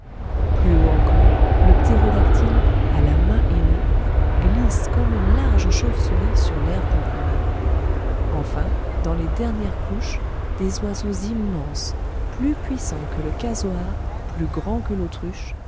plus haut encore le ptérodactyle à la main ailée glisse comme une large chauve-souris sur l'air comprimé enfin dans les dernières couches des oiseaux immenses plus puissants que le casoar plus grands que l'autruche